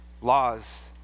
laws